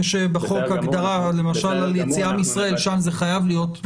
יש בחוק למשל על יציאה מישראל ושם זה חייב להיות,